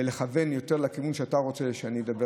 ולכוון יותר לכיוון שאתה רוצה שאני אדבר